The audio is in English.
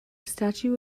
statue